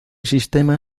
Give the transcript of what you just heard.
sistema